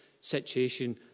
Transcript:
situation